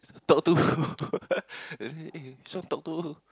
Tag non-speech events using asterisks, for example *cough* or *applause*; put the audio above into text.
talk to who *laughs* eh this one talk to who